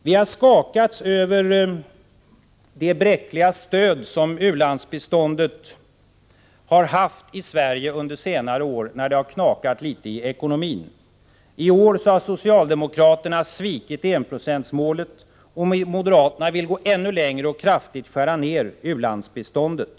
Vi har skakats av det bräckliga stöd som u-landsbiståndet har haft i Sverige under senare år när det har knakat litet i ekonomin. I år har socialdemokraterna svikit enprocentsmålet. Moderaterna vill gå ännu längre och kraftigt skära ned u-landsbiståndet.